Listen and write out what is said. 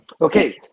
Okay